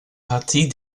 partie